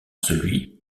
celui